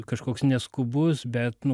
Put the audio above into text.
kažkoks neskubus bet nu